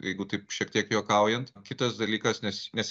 jeigu taip šiek tiek juokaujant kitas dalykas nes nes